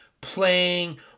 playing